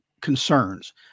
concerns